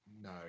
No